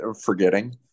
forgetting